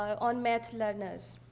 on math learners.